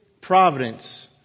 providence